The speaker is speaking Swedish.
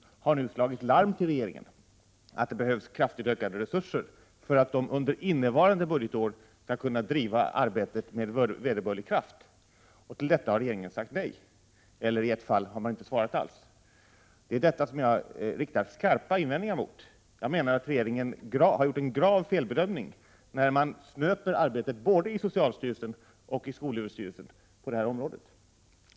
De har nu slagit larm till regeringen om att det behövs kraftigt ökade resurser för att de under innevarande budgetår skall kunna bedriva arbetet med vederbörlig kraft. Regeringen har sagt nej till detta. I ett fall har man inte alls svarat. Det är detta jag har riktat skarpa invändningar mot. Jag menar att regeringen har gjort en grav felbedömning när den snöper arbetet i både socialstyrelsen och skolöverstyrelsen på detta område.